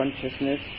consciousness